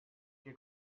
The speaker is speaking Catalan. que